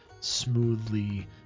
smoothly